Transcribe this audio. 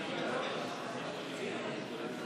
הממשלה עושה המון, תאמין לי, רק מה היא לא עושה?